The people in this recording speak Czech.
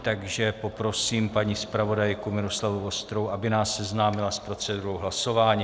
Takže poprosím paní zpravodajku Miloslavu Vostrou, aby nás seznámila s procedurou hlasování.